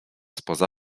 spoza